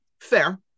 Fair